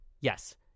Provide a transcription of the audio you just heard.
Yes